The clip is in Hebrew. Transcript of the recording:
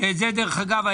דרך אגב,